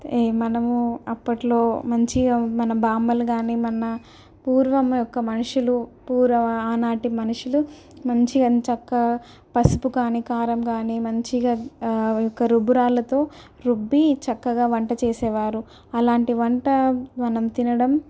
మనము అప్పట్లో మంచిగా మన బామ్మలు కానీ మన పూర్వం యొక్క మనుషులు పూర్వం ఆనాటి మనుషులు మంచిగా ఏం చక్క పసుపు కానీ కారం కానీ మంచిగా ఒక రుబ్బురాళ్ళతో రుబ్బి చక్కగా వంట చేసేవారు అలాంటి వంట మనం తినడం